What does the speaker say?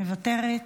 מוותרת,